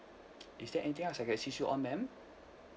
is there anything else I can assist you on ma'am